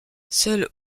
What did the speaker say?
seuls